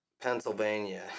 Pennsylvania